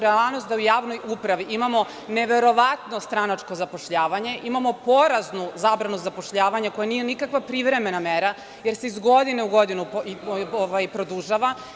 Realnost je da u javnoj upravi imamo neverovatno stranačko zapošljavanje, imamo poraznu zabranu zapošljavanja koja nije nikakva privremena mera, jer se iz godine u godinu produžava.